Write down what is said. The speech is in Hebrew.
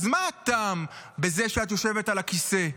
אז מה הטעם בזה שאת יושבת על הכיסא?